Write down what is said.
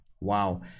Wow